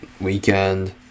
Weekend